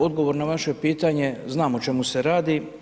Odgovor na vaše pitanje, znam o čemu se radi.